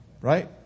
Right